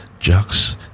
Jux